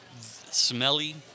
smelly